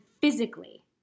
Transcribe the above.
physically